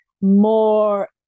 more